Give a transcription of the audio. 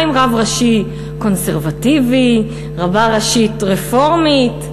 מה עם רב ראשי קונסרבטיבי, רבה ראשית רפורמית?